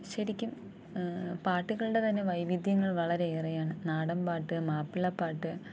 ശരിക്കും പാട്ടുകളുടെ തന്നെ വൈവിധ്യങ്ങൾ വളരെയേറെയാണ് നാടൻ പാട്ട് മാപ്പിളപ്പാട്ട്